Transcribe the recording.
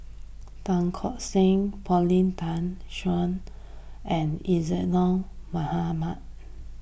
Tan Tock San Paulin Tay Straughan and Isadhora Mohamed